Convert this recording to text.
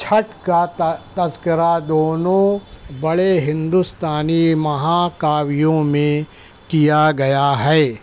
چھٹ کا تذکرہ دونوں بڑے ہندوستانی مہاکاویوں میں کیا گیا ہے